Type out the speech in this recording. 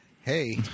Hey